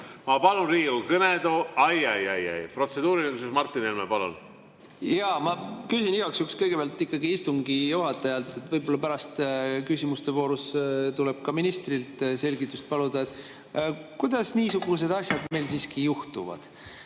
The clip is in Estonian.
Ma palun Riigikogu kõnetooli … Ai-ai-ai. Protseduuriline küsimus, Martin Helme, palun! Jaa, ma küsin igaks juhuks kõigepealt ikkagi istungi juhatajalt – võib-olla pärast küsimuste voorus tuleb ka ministrilt selgitust paluda –, kuidas niisugused asjad meil siiski juhtuvad.